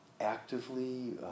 actively